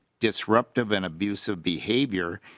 disruptive and abusive behavior.